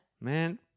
Man